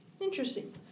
Interesting